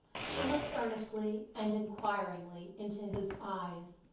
she looked earnestly and inquiringly into his eyes.